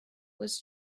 was